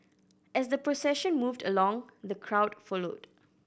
as the procession moved along the crowd followed